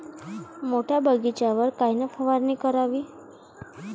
मोठ्या बगीचावर कायन फवारनी करावी?